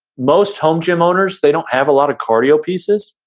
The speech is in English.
most home gym owners, they don't have a lot of cardio pieces,